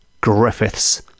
Griffiths